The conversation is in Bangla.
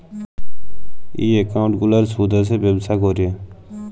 ই একাউল্ট গুলার সুদ আসে ব্যবছা ক্যরে